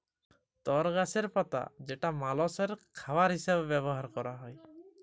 তর গাছের পাতা যেটা মালষের খাবার হিসেবে ব্যবহার ক্যরা হ্যয়